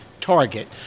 Target